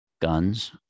Guns